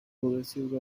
progressive